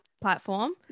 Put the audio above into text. platform